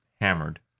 hammered